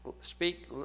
speak